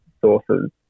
sources